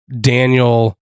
Daniel